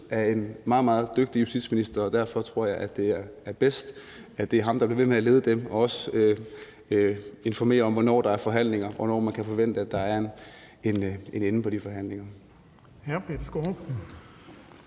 af en meget, meget dygtig justitsminister, og derfor tror jeg, det er bedst, at det er ham, der bliver ved med at lede dem og også informere om, hvornår der er forhandlinger, og hvornår man kan forvente at der er en ende på de forhandlinger. Kl.